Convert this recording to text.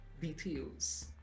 details